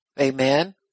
Amen